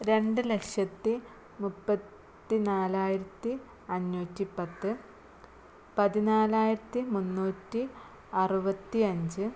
രണ്ടുലക്ഷത്തി മുപ്പത്തി നാലായിരത്തി അഞ്ഞൂറ്റി പത്ത് പതിനാലായിരത്തി മുന്നൂറ്റി അറുപത്തി അഞ്ച്